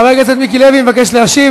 חבר הכנסת מיקי לוי מבקש להשיב,